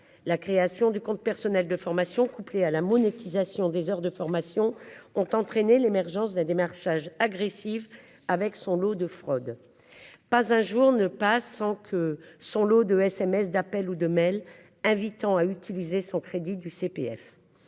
La création du compte personnel de formation, couplé à la monétisation des heures de formation ont entraîné l'émergence d'un démarchage agressif avec son lot de fraude. Pas un jour ne passe sans que son lot de SMS d'appel ou de mail invitant à utiliser son crédit du CPF.